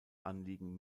anliegen